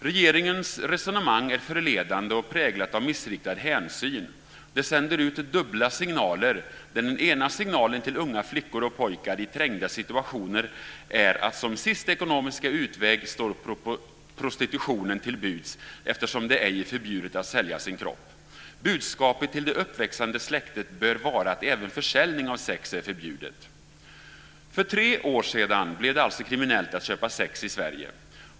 Regeringens resonemang är förledande och präglat av missriktad hänsyn. Det sänder ut dubbla signaler, där den ena signalen till unga flickor och pojkar i trängda situationer är att som sista ekonomiska utväg står prostitutionen till buds eftersom det ej är förbjudet att sälja sin kropp. Budskapet till det uppväxande släktet bör vara att även försäljning av sex är förbjudet. För tre år sedan blev det alltså kriminellt att köpa sex i Sverige.